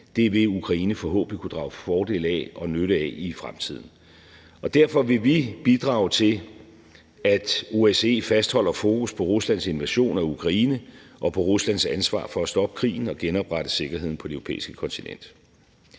Det vil Ukraine forhåbentlig kunne drage fordel af og nytte af i fremtiden, og derfor vil vi bidrage til, at OSCE fastholder fokus på Ruslands invasion af Ukraine og på Ruslands ansvar for at stoppe krigen og genoprette sikkerheden på det europæiske kontinent.